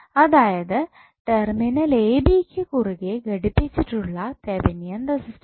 അതായത് terminal A B ക്ക് കുറുകെ ഘടിപ്പിച്ചിട്ടുള്ള തെവനിയൻ റെസിസ്റ്റൻസ്